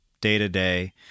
day-to-day